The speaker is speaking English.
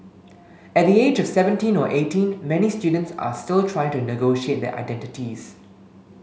at the age of seventeen or eighteen many students are still trying to negotiate their identities